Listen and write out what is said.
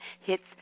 hits